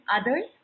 others